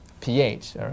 pH